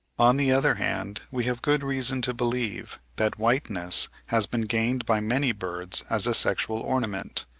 on the other hand we have good reason to believe that whiteness has been gained by many birds as a sexual ornament.